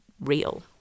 real